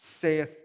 saith